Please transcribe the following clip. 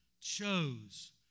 chose